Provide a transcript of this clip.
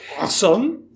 Awesome